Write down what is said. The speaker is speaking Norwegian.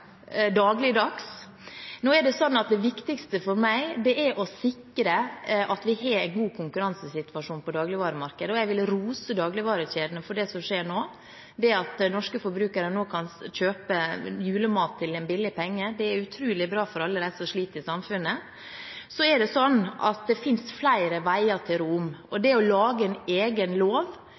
sikre at vi har en god konkurransesituasjon på dagligvaremarkedet, og jeg vil rose dagligvarekjedene. Det som skjer nå, er at norske forbrukere kan kjøpe julemat til en billig penge. Det er utrolig bra for alle dem som sliter i samfunnet. Så er det sånn at det finnes flere veier til Rom. Å lage en egen lov